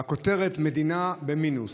והכותרת: מדינה במינוס.